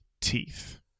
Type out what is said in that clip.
Teeth